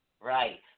Right